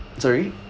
sorry